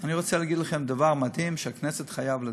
אני רוצה להגיד לכם דבר מדהים שהכנסת חייבת לדעת: